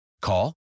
Call